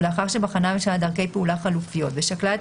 ולאחר שבחנה הממשלה דרכי פעולה חלופיות ושקלה את